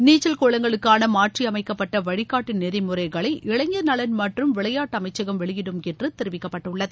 நீச்சல் குளங்களுக்கானமாற்றியமைக்கப்பட்டவழிகாட்டுநெறிமுறைகளை இளைஞர் நலன் மற்றும் விளையாட்டுஅமைச்சகம் வெளியிடும் என்றுதெரிவிக்கப்பட்டுள்ளது